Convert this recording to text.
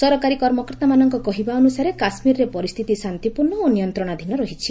ସରକାରୀ କର୍ମକର୍ତ୍ତାମାନଙ୍କ କହିବା ଅନୁସାରେ କାଶ୍ମୀରରେ ପରିସ୍ଥିତି ଶାନ୍ତିପୂର୍ଣ୍ଣ ଓ ନିୟନ୍ତ୍ରଣାଧୀନ ରହିଛି